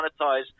monetize